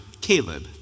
Caleb